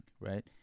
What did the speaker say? right